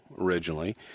originally